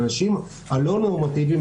האנשים הלא נורמטיביים,